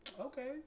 okay